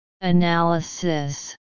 analysis